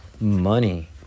Money